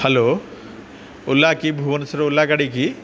hello Ola କି Bhubaneswar Ola ଗାଡ଼ି କି